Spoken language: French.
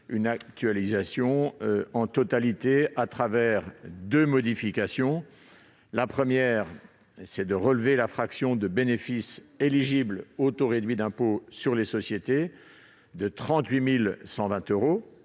une actualisation en totalité à travers deux modifications : d'abord, en relevant la fraction de bénéfice éligible au taux réduit d'impôt sur les sociétés de 38 120 à